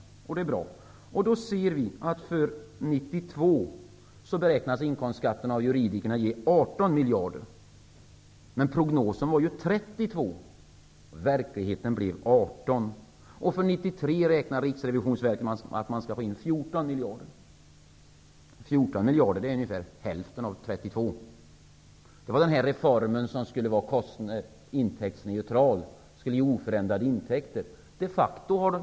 Vi ser då att inkomstskatterna från juridiska personer för år 1992 beräknas ge 18 miljarder. Men prognosen var ju 32 miljader. I Riksrevisionsverket med att man skall få in 14 miljarder. 14 miljarder är ungefär hälften av 32 Detta är den reform som skulle vara intäktsneutral och ge oförändrade intäkter.